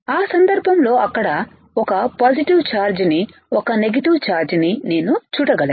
ఆ సందర్భం లో అక్కడ ఒక పాజిటివ్ ఛార్జ్ ని ఒక నెగటివ్ ఛార్జ్ ని నేను చూడగలను